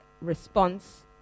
response